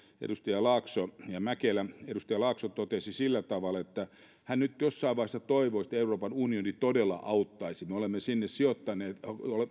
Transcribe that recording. edustajat laakso ja mäkelä edustaja laakso totesi sillä tavalla että hän nyt toivoisi että euroopan unioni jossain vaiheessa todella auttaisi me olemme sinne sijoittaneet